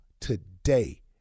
today